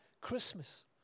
Christmas